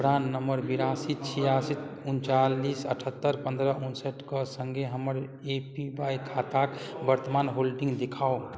प्राण नंबर बिरासी छियासी उनचालीस अठहत्तर पन्द्रह उनसठि के सङ्गे हमर ए पी वाइ खाताक वर्तमान होल्डिंग देखाउ